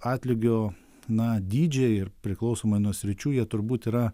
atlygio na dydžiai ir priklausomai nuo sričių jie turbūt yra